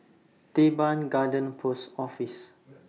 Teban Garden Post Office